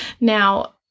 now